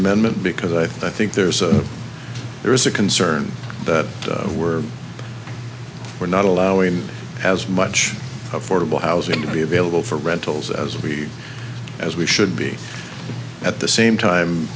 amendment because i think there's a there's a concern that we're we're not allowing as much affordable housing to be available for rentals as we as we should be at the same time